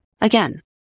Again